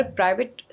private